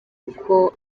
uko